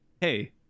hey